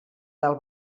del